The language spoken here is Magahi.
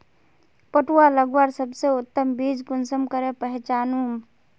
पटुआ लगवार सबसे उत्तम बीज कुंसम करे पहचानूम?